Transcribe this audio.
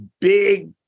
big